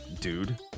dude